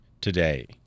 today